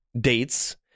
dates